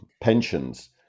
Pensions